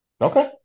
Okay